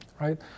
right